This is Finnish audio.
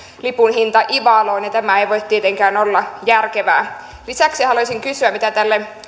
lipun hinta ivaloon ja tämä ei voi tietenkään olla järkevää lisäksi haluaisin kysyä mitä tälle